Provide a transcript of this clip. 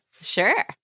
Sure